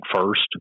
first